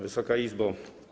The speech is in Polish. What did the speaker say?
Wysoka Izbo!